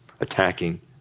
attacking